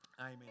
Amen